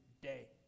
day